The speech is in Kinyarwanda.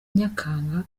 nyakanga